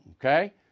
okay